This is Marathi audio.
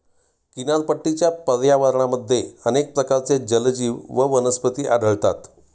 किनारपट्टीच्या पर्यावरणामध्ये अनेक प्रकारचे जलजीव व वनस्पती आढळतात